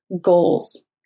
goals